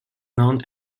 known